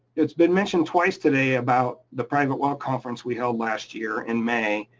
it's been mentioned twice today about the private well conference we held last year in may.